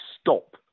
stop